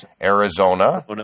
Arizona